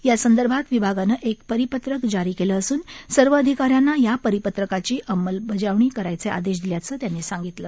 या संदर्भात विभागानं एक परिपत्रक जारी केलं असून सर्व अधिका यांना या परिपत्रकाची अंमलबजावणी करायचे आदेश दिल्याचं त्यांनी सांगितलं